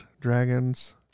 dragons